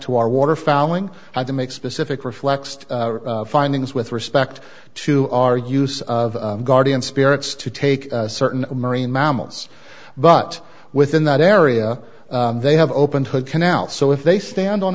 to our water fowling i do make specific reflects the findings with respect to our use of guardian spirits to take certain marine mammals but within that area they have opened hood canal so if they stand on